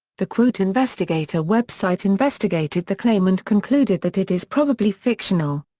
the quote investigator website investigated the claim and concluded that it is probably fictional.